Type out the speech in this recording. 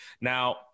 Now